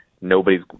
nobody's